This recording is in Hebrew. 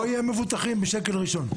לא יהיו מבוטחים בשקל ראשון.